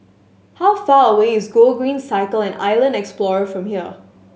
how far away is Gogreen Cycle and Island Explorer from here